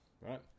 right